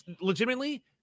legitimately